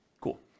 Cool